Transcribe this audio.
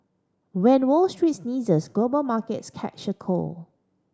when Wall Street sneezes global markets catch a cold